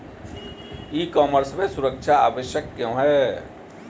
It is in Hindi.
ई कॉमर्स में सुरक्षा आवश्यक क्यों है?